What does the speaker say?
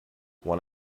one